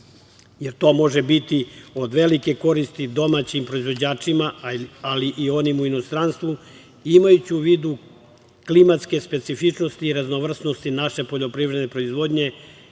jer to može biti od velike koristi domaćim proizvođačima, ali i onima u inostranstvu, imajući u vidu klimatske specifičnosti i raznovrsnosti naše poljoprivredne proizvodnje,